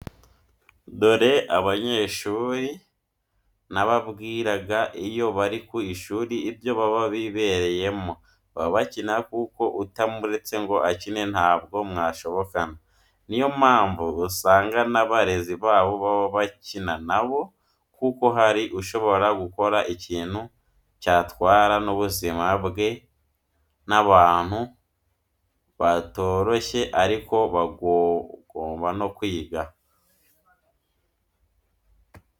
Dore b'abanyeshuri nababwiraga iyo bari ku ishuri ibyo baba bibereyemo baba bakina kuko utamuretse ngo akine ntabwo mwashobokana, ni yo mpamvu usanga n'abarezi babo baba bakina na bo kuko hari ushobora gukora ikintu cyatwara n'ubuzima bwe n'abantu batoroshye ariko bagumba no kwiga.